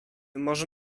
może